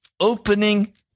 Opening